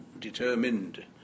determined